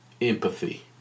empathy